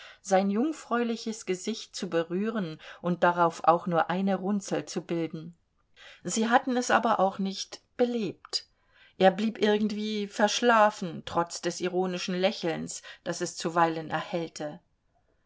sein jungfräuliches gesicht zu berühren und darauf auch nur eine runzel zu bilden sie hatten es aber auch nicht belebt er blieb irgendwie verschlafen trotz des ironischen lächelns das es zuweilen erhellte